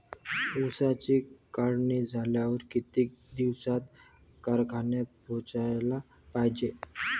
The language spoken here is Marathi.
ऊसाची काढणी झाल्यावर किती दिवसात कारखान्यात पोहोचला पायजे?